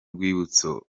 rwibutso